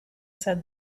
said